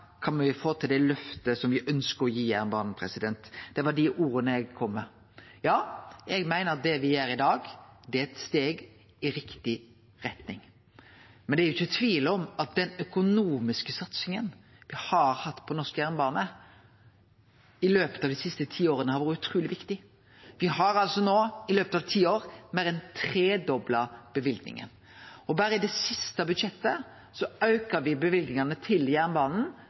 kan me få til det løftet som me ønskjer å gi jernbanen. – Det var dei orda eg kom med. Ja, eg meiner at det me gjer i dag, er eit steg i riktig retning. Men det er ikkje tvil om at den økonomiske satsinga me har hatt på norsk jernbane i løpet av dei siste tiåra, har vore utruleg viktig. Me har no i løpet av ti år meir enn tredobla løyvingane. Berre i det siste budsjettet aukar me løyvingane til jernbanen